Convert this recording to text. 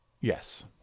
Yes